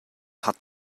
hat